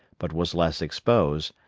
but was less exposed,